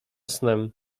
snem